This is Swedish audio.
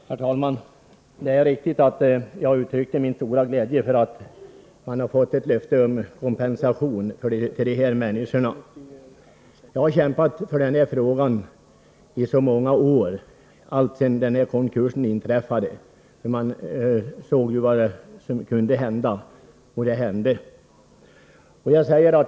Herr talman! Det är riktigt att jag uttryckte min stora glädje för att man har fått ett löfte om kompensation för de här människorna. Jag har kämpat för den här frågan i många år, alltsedan konkursen inträffade. Jag insåg vad som skulle kunna hända — och det hände också.